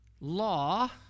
law